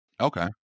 Okay